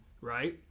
right